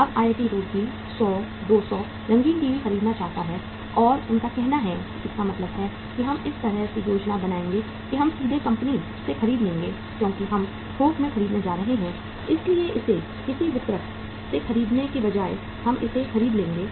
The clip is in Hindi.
अब आईआईटी रुड़की 100 200 रंगीन टीवी खरीदना चाहता है और उनका कहना है कि इसका मतलब है कि हम इस तरह से योजना बनाएंगे कि हम सीधे कंपनी से खरीद लेंगे क्योंकि हम थोक में खरीदने जा रहे हैं इसलिए इसे किसी वितरक से खरीदने के बजाय हम इसे खरीद लेंगे